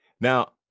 now